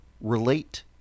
relate